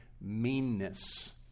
meanness